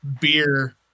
beer